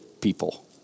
people